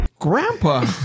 Grandpa